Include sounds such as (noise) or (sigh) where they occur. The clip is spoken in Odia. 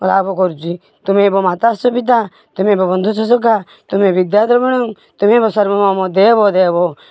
(unintelligible) କରୁଛି ତ୍ୱମେବ ମାତା ଚ ପିତା ତ୍ୱମେବ ବନ୍ଧୁଶ୍ଚ ସଖା ତ୍ୱମେବ ବିଦ୍ୟା ଦ୍ରବୀଣଂ ତ୍ୱମେବ ସର୍ବଂ ମମ ଦେବ ଦେବଃ